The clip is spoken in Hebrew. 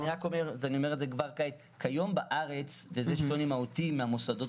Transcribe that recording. אני רק אומר כעת שכיום בארץ וזה שונה באופן מהותי מהמוסדות